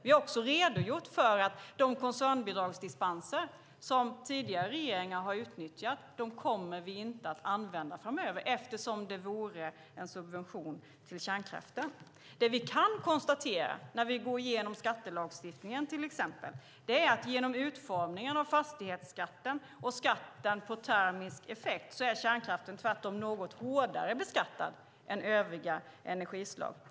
Vi har också redogjort för att vi inte framöver kommer att använda de koncernbidragsdispenser som tidigare regeringar har utnyttjat eftersom det vore en subvention till kärnkraften. Det vi kan konstatera när vi går igenom till exempel skattelagstiftningen är att genom utformningen av fastighetsskatten och skatten på termisk effekt är kärnkraften tvärtom något hårdare beskattad än övriga energislag.